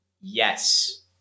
Yes